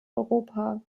europa